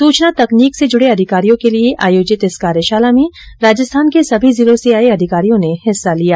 सूचना तकनीक से जुड़े अधिकारियों के लिए आयोजित इस कार्यशाला में राजस्थान के सभी जिलों से आए अधिकारियों ने हिस्सा लिया